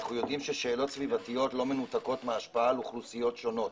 אנחנו יודעים ששאלות סביבתיות לא מנותקות מההשפעה על אוכלוסיות שונות.